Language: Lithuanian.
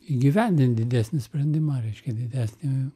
įgyvendinti didesnį sprendimą reiškia vesti